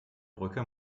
brücke